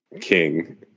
king